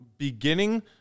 beginning